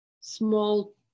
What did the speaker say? small